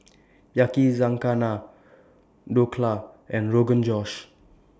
Yakizakana Dhokla and Rogan Josh